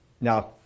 Now